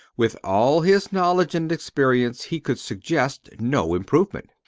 with all his knowledge and experience, he could suggest no improvement.